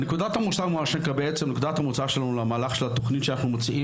נקודת המוצא שלנו למהלך של התוכנית,